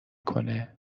کنه